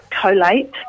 collate